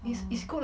oh